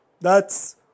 thats